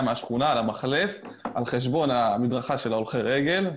מהשכונה למחלף על חשבון המדרכה של הולכי הרגל,